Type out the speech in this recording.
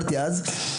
תודה רבה.